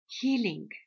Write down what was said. Healing